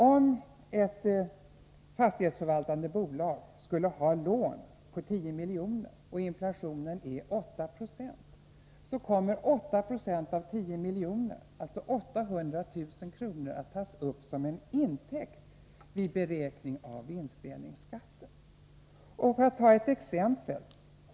Om ett fastighetsförvaltande bolag skulle ha lån på 10 miljoner och inflationen är 8 70, kommer 8 90 av 10 miljoner, alltså 800 000 kr., att tas upp som en intäkt vid beräkning av vinstdelningsskatten. Jag skall ta ett exempel.